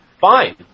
Fine